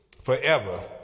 Forever